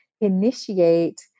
initiate